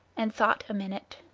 and thought a minute.